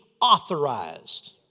authorized